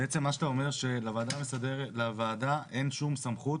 בעצם מה שאתה אומר שלוועדה אין שום סמכות